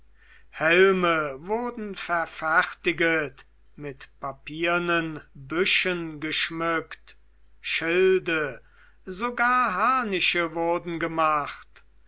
helme wurden verfertiget mit papiernen büschen geschmückt schilde sogar harnische wurden gemacht